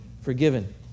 forgiven